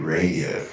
Radio